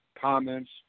comments